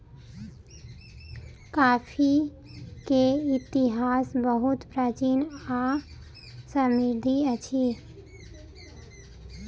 coffee के इतिहास बहुत प्राचीन आ समृद्धि अछि